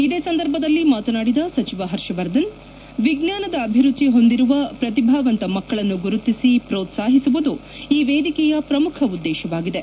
ಇದೇ ಸಂದರ್ಭದಲ್ಲಿ ಮಾತನಾಡಿದ ಸಚಿವ ಹರ್ಷವರ್ಧನ್ ವಿಜ್ವಾನದ ಅಭಿರುಚಿ ಹೊಂದಿರುವ ಪ್ರತಿಭಾವಂತ ಮಕ್ಕಳನ್ನು ಗುರುತಿಸಿ ಪ್ರೋತ್ಸಾಹಿಸುವುದು ಈ ವೇದಿಕೆಯ ಪ್ರಮುಖ ಉದ್ದೇಶವಾಗಿದೆ